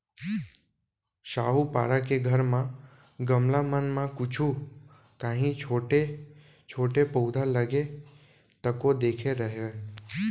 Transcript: साहूपारा के घर म गमला मन म कुछु कॉंहीछोटे छोटे पउधा लगे तको देखे रेहेंव